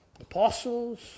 Apostles